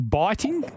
biting